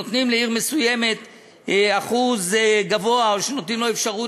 שנותנים לעיר מסוימת אחוז גבוה או שנותנים לה אפשרות